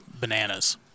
bananas